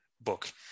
book